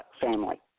family